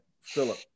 Philip